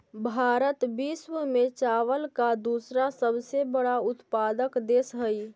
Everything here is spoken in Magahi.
भारत विश्व में चावल का दूसरा सबसे बड़ा उत्पादक देश हई